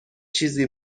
چیزی